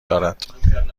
دارد